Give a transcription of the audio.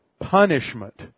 punishment